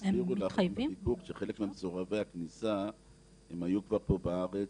חלק ממסורבי הכניסה היו כבר פה בארץ,